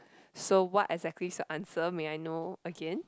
so what exactly is the answer may I know again